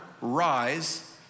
Rise